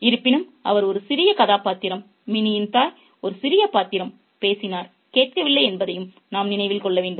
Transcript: இருப்பினும் அவர் ஒரு சிறிய கதாபாத்திரம் மினியின் தாய் ஒரு சிறிய பாத்திரம் பேசினார் கேட்கவில்லை என்பதையும் நாம் நினைவில் கொள்ள வேண்டும்